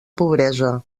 pobresa